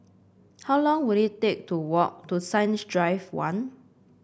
how long will it take to walk to Science Drive One